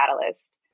catalyst